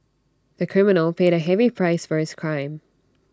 the criminal paid A heavy price for his crime